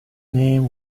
name